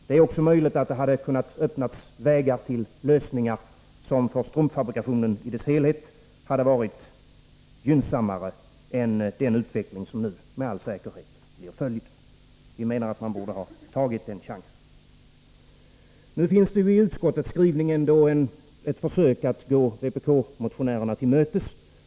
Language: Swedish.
Det är också möjligt att det hade kunnat öppnas vägar till lösningar, som för strumpfabrikationen i dess helhet hade varit gynnsammare än den utveckling som nu med all säkerhet blir följden. Vi menar alltså att man borde ha tagit den chansen. I utskottets skrivning finns ändå ett försök att gå vpk-motionärerna till mötes.